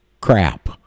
crap